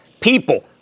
people